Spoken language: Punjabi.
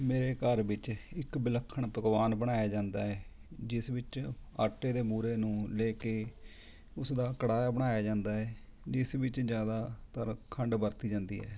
ਮੇਰੇ ਘਰ ਵਿੱਚ ਇੱਕ ਵਿਲੱਖਣ ਪਕਵਾਨ ਬਣਾਇਆ ਜਾਂਦਾ ਹੈ ਜਿਸ ਵਿੱਚ ਆਟੇ ਦੇ ਬੂਰੇ ਨੂੰ ਲੈ ਕੇ ਉਸਦਾ ਕੜਾਹ ਬਣਾਇਆ ਜਾਂਦਾ ਹੈ ਜਿਸ ਵਿੱਚ ਜ਼ਿਆਦਾਤਰ ਖੰਡ ਵਰਤੀ ਜਾਂਦੀ ਹੈ